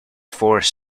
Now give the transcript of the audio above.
force